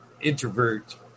introvert